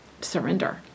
surrender